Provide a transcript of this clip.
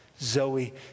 Zoe